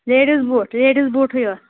ladies booth ladies بوٗٹھٕے یوت